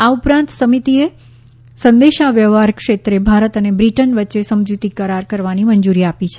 આ ઉપરાંત સમિતિએ સંદેશાવ્યવહાર ક્ષેત્રે ભારત અને બ્રિટન વચ્ચે સમજૂતી કરાર કરવાની મંજૂરી આપી છે